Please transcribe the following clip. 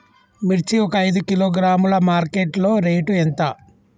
మిర్చి ఒక ఐదు కిలోగ్రాముల మార్కెట్ లో రేటు ఎంత?